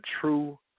true